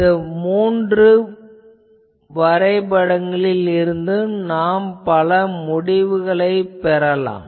இந்த மூன்று வரைபடங்களில் இருந்தும் நாம் பல முடிவுகளைப் பெறலாம்